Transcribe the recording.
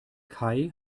kai